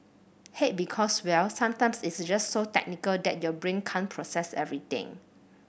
hate because well sometimes it's just so technical that your brain can't process everything